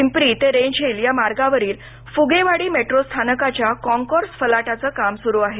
पिंपरी ते range hill या मार्गावरील फुगेवाडी मेट्रो स्थानकाच्या कॉन्कोर्स फलाटाच काम सुरु आहे